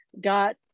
got